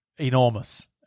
enormous